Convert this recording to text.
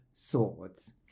swords